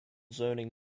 zoning